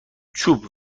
چوب